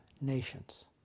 nations